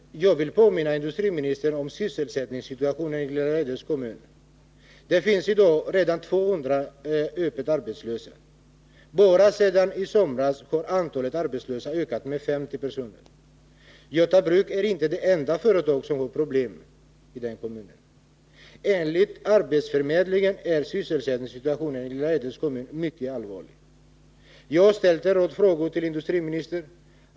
Herr talman! Jag vill påminna industriministern om sysselsättningssituationen i Lilla Edets kommun. Där finns redan i dag 200 öppet arbetslösa. Bara sedan i somras har antalet arbetslösa ökat med 50 personer. Göta Bruk är inte det enda företag som har problem i den kommunen. Enligt arbetsförmedlingen är sysselsättningssituationen i Lilla Edets kommun mycket allvarlig. Jag har ställt en rad frågor till industriministern.